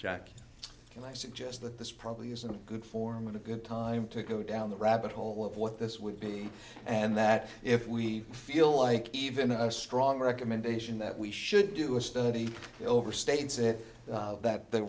jack can i suggest that this probably is a good form of a good time to go down the rabbit hole of what this would be and that if we feel like even a strong recommendation that we should do a study overstates it that the